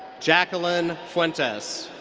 jacqueline fuentes.